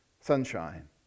sunshine